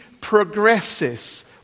progresses